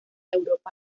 europa